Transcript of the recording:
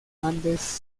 andes